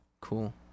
Cool